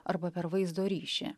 arba per vaizdo ryšį